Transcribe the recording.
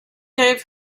gave